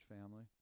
family